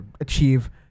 achieve